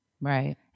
Right